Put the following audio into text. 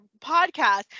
podcast